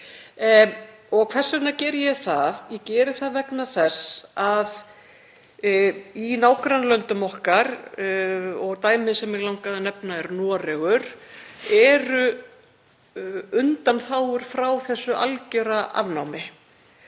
Og hvers vegna geri ég það? Ég geri það vegna þess að í nágrannalöndum okkar, og dæmi sem mig langaði að nefna er Noregur, eru undanþágur frá þessu algjöra afnámi.